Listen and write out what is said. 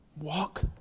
Walk